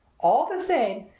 all the same,